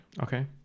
okay